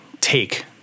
take